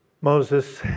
Moses